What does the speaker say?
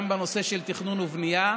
גם בנושא של תכנון ובנייה,